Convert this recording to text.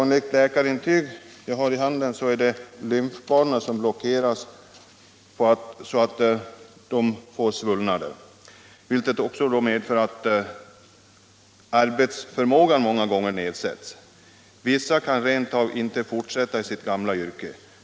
Enligt det läkarintyg jag har i handen har lymfbanorna blockerats på dessa bröstcanceropererade kvinnor, varav följer svullnader, som då också medför att deras arbetsförmåga blir nedsatt. Vissa av dem kan inte ens fortsätta i sitt tidigare yrke.